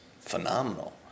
phenomenal